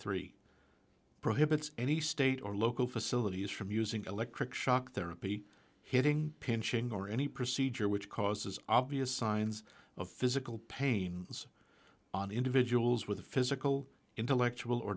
three prohibits any state or local facilities from using electric shock therapy hitting pinching or any procedure which causes obvious signs of physical pain on individuals with physical intellectual or